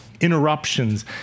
interruptions